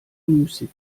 müßig